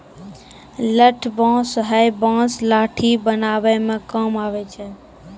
लठ बांस हैय बांस लाठी बनावै म काम आबै छै